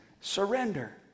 Surrender